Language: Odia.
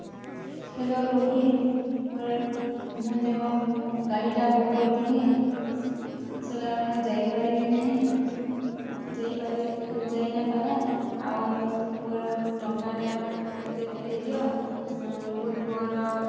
ହ୍ୟାଲୋ ରୋହିତ ମୋର ମୁଁ ଯେଉଁ ଗାଡ଼ିଟା ବୁକ୍ କରିଥିଁଲି ସେଟାରେ ମୁଁ ଯାଇପାରିବି ନେହିଁ ଯାଇପାରେ ଯାଇ ନେଇଁ ପାରେ ଅର୍ ମୋର ଟଙ୍କାଟା ମୋତେ ଫେରେଇ ଦିଅ ମୋର୍ ପୁଅର